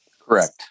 Correct